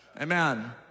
Amen